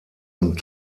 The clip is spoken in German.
und